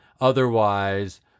otherwise